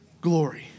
glory